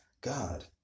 god